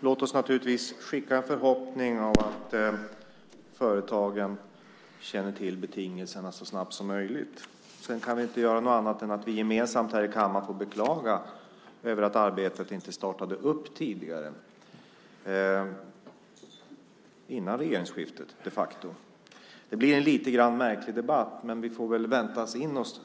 Herr talman! Låt oss hysa en förhoppning om att företagen får känna till betingelserna så snabbt som möjligt. Sedan kan vi inte göra annat än att gemensamt här i kammaren beklaga att arbetet inte startades tidigare - de facto före regeringsskiftet. Det blir en lite märklig debatt, men vi får väl vänja oss